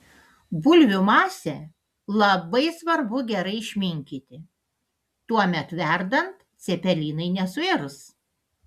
bulvių masę labai svarbu gerai išminkyti tuomet verdant cepelinai nesuirs